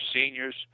seniors